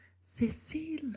Cecile